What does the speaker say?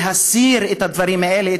להסיר את הדברים האלה,